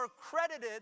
credited